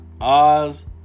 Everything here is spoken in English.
Oz